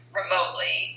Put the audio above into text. remotely